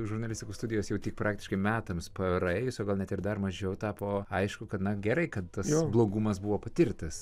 žurnalistikos studijos jau tik praktiškai metams praėjus o gal net ir dar mažiau tapo aišku kad na gerai kad tas blogumas buvo patirtas